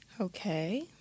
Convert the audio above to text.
okay